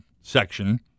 section